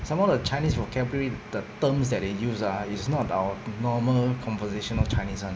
some more the chinese vocabulary the terms that they use ah is not our normal conversational chinese [one]